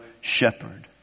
shepherd